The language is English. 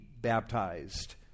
baptized